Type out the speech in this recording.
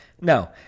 No